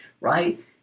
right